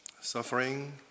suffering